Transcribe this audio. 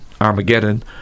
Armageddon